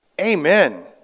Amen